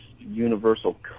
universal